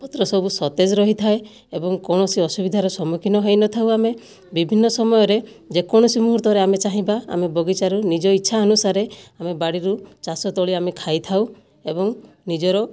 ପତ୍ରସବୁ ସତେଜ ରହିଥାଏ ଏବଂ କୌଣସି ଅସୁବିଧାର ସମ୍ମୁଖୀନ ହୋଇ ନଥାଉ ଆମେ ବିଭିନ୍ନ ସମୟରେ ଯେକୌଣସି ମୁହୂର୍ତ୍ତରେ ଆମେ ଚାହିଁବା ଆମେ ବଗିଚାରୁ ନିଜ ଇଚ୍ଛା ଅନୁସାରେ ଆମେ ବାଡ଼ିରୁ ଚାଷ ତୋଳି ଆମେ ଖାଇଥାଉ ଏବଂ ନିଜର